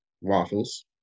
waffles